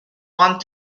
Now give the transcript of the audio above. one